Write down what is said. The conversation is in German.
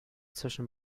zwischen